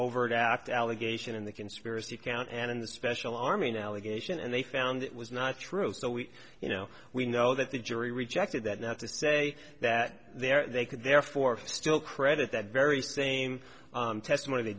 overt act allegation and the conspiracy count and in the special army an allegation and they found it was not true so we you know we know that the jury rejected that not to say that there they could therefore still credit that very same testimony they